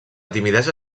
timidesa